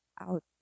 out